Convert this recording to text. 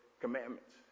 commandments